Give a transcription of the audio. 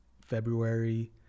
February